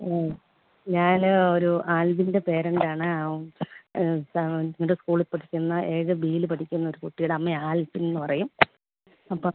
ഓഹ് ഞാൻ ഒരു ആല്വിന്റെ പേരന്റാണ് സെവൻത്ത് സ്കൂളിൽ പഠിക്കുന്ന ഏഴ് ബീയിൽ പഠിക്കുന്ന ഒരു കുട്ടിയടെ അമ്മയാണ് ആല്ഫിന് എന്നു പറയും അപ്പോൾ